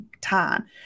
time